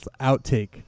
outtake